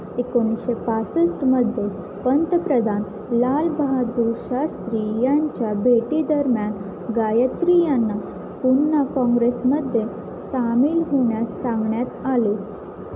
एकोणीसशे पासष्टमध्ये पंतप्रदान लालबहादुर शास्त्री यांच्या भेटीदरम्यान गायत्री यांना पुन्हा काँग्रेसमध्ये सामिल होण्यास सांगण्यात आले